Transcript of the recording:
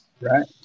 Right